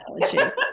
analogy